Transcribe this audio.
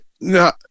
No